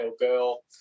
girl